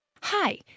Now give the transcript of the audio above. Hi